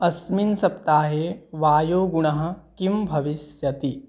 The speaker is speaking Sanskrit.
अस्मिन् सप्ताहे वायुगुणः किं भविष्यति